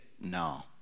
no